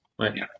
Right